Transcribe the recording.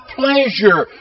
pleasure